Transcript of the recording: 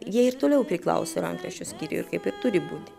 jie ir toliau priklauso rankraščių skyriui kaip ir turi būti